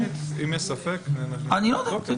אם יש ספק, נבהיר.